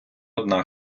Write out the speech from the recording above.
одна